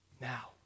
now